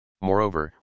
Moreover